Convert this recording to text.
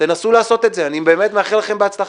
תנסו לעשות את זה, אני באמת מאחל לכם בהצלחה.